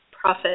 profit